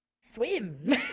Swim